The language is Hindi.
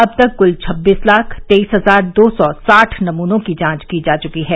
अब तक क्ल छब्बीस लाख तेईस हजार दो सौ साठ नमूनों की जांच की जा चुकी है